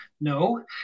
no